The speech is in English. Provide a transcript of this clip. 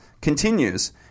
continues